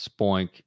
Spoink